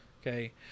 Okay